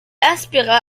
inspira